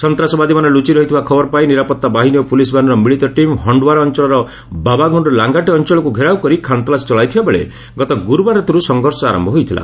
ସସ୍ତାସବାଦୀମାନେ ଲୁଚି ରହିଥିବା ଖବର ପାଇଁ ନିରାପତ୍ତା ବାହିନୀ ଓ ପୁଲିସ୍ ବାହିନୀର ମିଳିତ ଟିମ୍ ହଣ୍ଡୱାରା ଅଞ୍ଚଳର ବାବାଗୁଣ୍ଡ୍ ଲାଙ୍ଗାଟେ ଅଞ୍ଚଳକୁ ଘେରାଉ କରି ଖାନତଲାସୀ ଚଳାଇଥିଲାବେଳେ ଗତ ଗୁରୁବାର ରାତିରୁ ସଂଘର୍ଷ ଆରମ୍ଭ ହୋଇଥିଲା